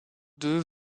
deux